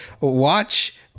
watch